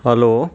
hello